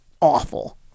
Awful